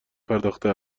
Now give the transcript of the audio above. پرداخته